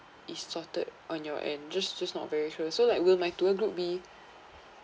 is sorted on your end just just not very sure so like will my tour group be